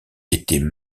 étaient